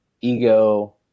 ego